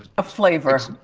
a flavor.